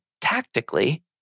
tactically